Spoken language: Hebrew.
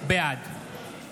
בעד יצחק קרויזר, בעד